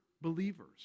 believers